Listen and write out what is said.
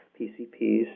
PCPs